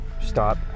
stop